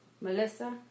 Melissa